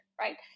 right